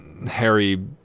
Harry